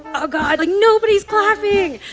oh, god, like, nobody's clapping.